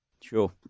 Sure